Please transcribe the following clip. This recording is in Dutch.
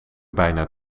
bijna